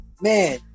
Man